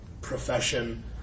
profession